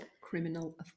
Criminal